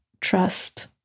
trust